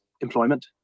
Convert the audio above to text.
employment